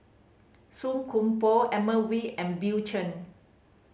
Song Koon Poh Edmund Wee and Bill Chen